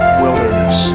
wilderness